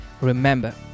remember